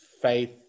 faith